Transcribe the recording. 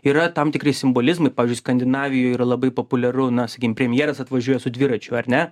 yra tam tikri simbolizmai pavyzdžiui skandinavijoj yra labai populiaru na sakim premjeras atvažiuoja su dviračiu ar ne